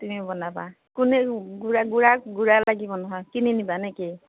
তুমি বনাবা কোনে গুড়া গুড়া গুড়া লাগিব নহয় কিনি নিবা নে কি